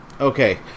Okay